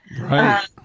Right